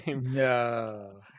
No